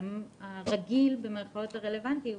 הגורם "הרגיל", במירכאות, הרלוונטי יהיה,